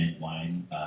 wine